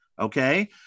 okay